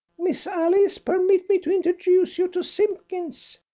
miss alice, permit me to introduce you to simpkins.